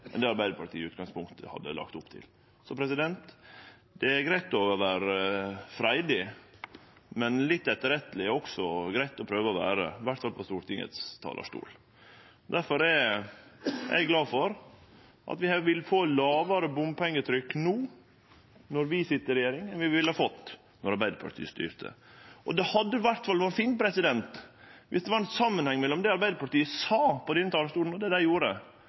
det Arbeidarpartiet i utgangspunktet hadde lagt opp til. Det er greitt å vere freidig, men litt etterretteleg er det også greitt å prøve å vere, iallfall på Stortingets talarstol. Difor er eg glad for at vi vil få lågare bompengetrykk no når vi sit i regjering, enn vi ville fått om Arbeidarpartiet styrte. Det hadde iallfall vore fint viss det var ein samanheng mellom det Arbeidarpartiet sa på denne talarstolen, og det dei gjorde.